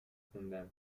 خوندم